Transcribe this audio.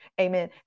Amen